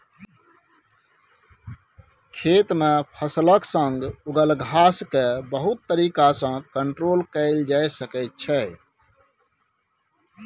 खेत मे फसलक संग उगल घास केँ बहुत तरीका सँ कंट्रोल कएल जा सकै छै